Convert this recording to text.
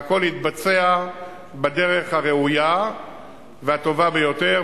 והכול יתבצע בדרך הראויה והטובה ביותר,